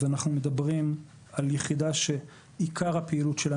אנחנו מדברים על יחידה שעיקר הפעילות שלה,